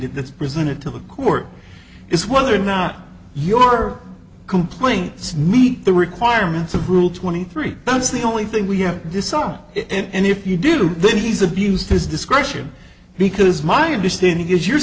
it that's presented to the court is whether or not your complaints meet the requirements of rule twenty three that's the only thing we have this hour and if you do then he's abused his discretion because my understanding is you're